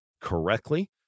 correctly